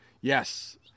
Yes